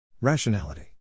Rationality